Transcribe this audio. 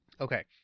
Okay